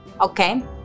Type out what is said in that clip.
okay